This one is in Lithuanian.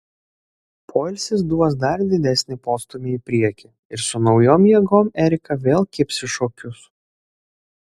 poilsis duos dar didesnį postūmį į priekį ir su naujom jėgom erika vėl kibs į šokius